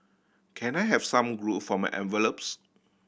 can I have some glue for my envelopes